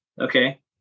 okay